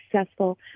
successful